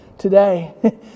Today